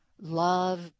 love